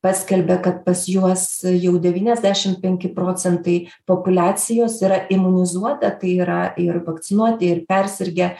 paskelbė kad pas juos jau devyniasdešim penki procentai populiacijos yra imunizuota tai yra ir vakcinuoti ir persirgę